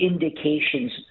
indications